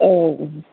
औ